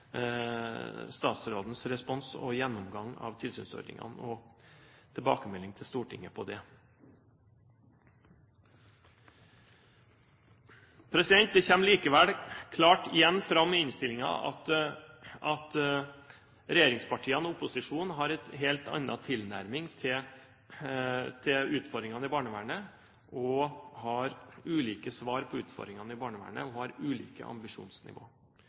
statsrådens respons og gjennomgang av tilsynsordningen og tilbakemeldingen til Stortinget på det. Det kommer allikevel igjen klart fram i innstillingen at regjeringspartiene og opposisjonen har en helt annen tilnærming til utfordringene i barnevernet, vi har ulike svar på utfordringene i barnevernet og ulike ambisjonsnivå.